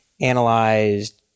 analyzed